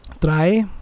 Try